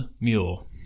mule